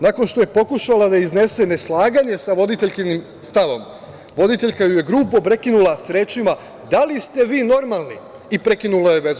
Nakon što je pokušala da iznese neslaganje sa voditeljkinim stavom, voditeljka ju je grubo prekinula rečima: „Da li ste vi normalni?“ i prekinula joj vezu.